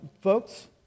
folks